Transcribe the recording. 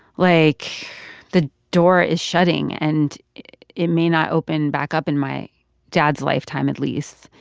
like the door is shutting. and it may not open back up in my dad's lifetime, at least.